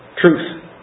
Truth